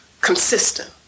consistent